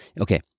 okay